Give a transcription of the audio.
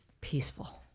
peaceful